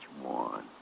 one